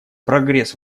прогресс